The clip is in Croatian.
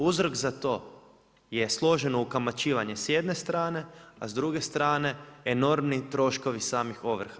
Uzrok za to je složeno ukamaćivanje s jedne strane, a s druge strane enormni troškovi samih ovrha.